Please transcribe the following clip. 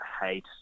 hate